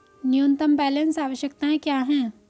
न्यूनतम बैलेंस आवश्यकताएं क्या हैं?